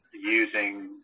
using